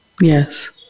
Yes